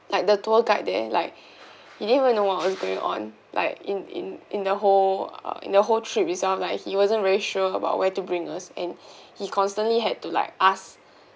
like the tour guide there like he didn't even know what was going on like in in in the whole uh in the whole trip itself like he wasn't really sure about where to bring us and he constantly had to like ask